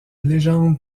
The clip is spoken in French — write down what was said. légende